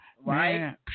Right